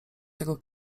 tego